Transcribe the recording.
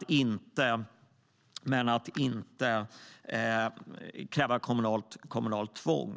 Men man ska inte införa kommunalt tvång.